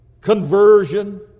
conversion